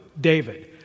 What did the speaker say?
David